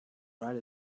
write